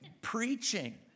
preaching